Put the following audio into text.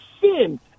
sin